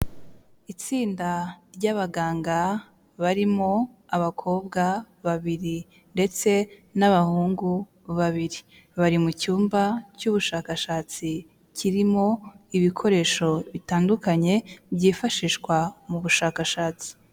Itsinda ry'abaganga barimo abakobwa babiri ndetse n'abahungu babiri bari mu cyumba cy'ubushakashatsi kirimo ibikoresho bitandukanye byifashishwa mu bushakashatsi.